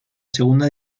segunda